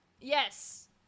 Yes